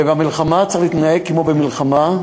ובמלחמה צריך להתנהג כמו במלחמה,